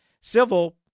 civil